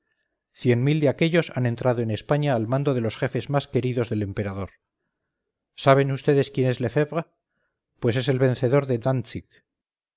cien mil de aquellos han entrado en españa al mando de los jefes más queridos del emperador saben vds quién es lefebvre pues es el vencedor de